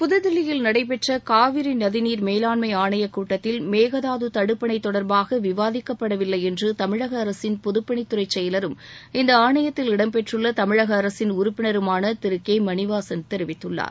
புதுதில்லியில் நடைபெற்ற காவிரி நதிநீர் மேலாண்மை ஆணைய கூட்டத்தில் மேகதாது தடுப்பணை தொடர்பாக விவாதிக்கப்படவில்லை என்று தமிழக அரசின் பொதுப்பணித்துறை செயலரும் இந்த ஆணையத்தில் இடம்பெற்றுள்ள தமிழக அரசின் உறுப்பினருமான திரு கே மணிவாசன் தெரிவித்துள்ளார்